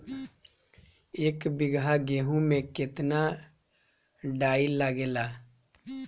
एक बीगहा गेहूं में केतना डाई लागेला?